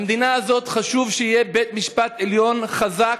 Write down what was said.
למדינה הזאת חשוב שיהיה בית-משפט עליון חזק,